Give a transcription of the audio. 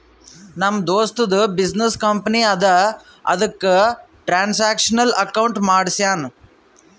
ನಮ್ ದೋಸ್ತದು business company ಅದಾ ಅದುಕ್ಕ ಟ್ರಾನ್ಸ್ಅಕ್ಷನಲ್ ಅಕೌಂಟ್ ಮಾಡ್ಸ್ಯಾನ್